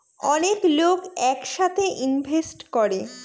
অনেক লোক এক সাথে ইনভেস্ট করে